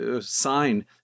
sign